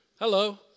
Hello